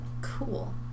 Cool